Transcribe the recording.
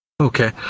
Okay